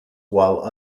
while